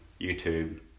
YouTube